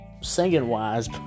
Singing-wise